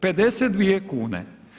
52 kune.